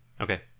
Okay